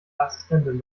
assistentin